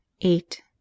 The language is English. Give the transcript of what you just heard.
eight